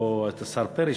ישנו פה השר פרי,